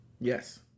Yes